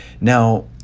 Now